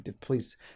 Please